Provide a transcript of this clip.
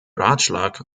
ratschlag